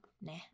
nah